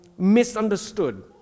misunderstood